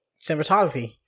cinematography